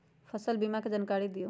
फसल बीमा के जानकारी दिअऊ?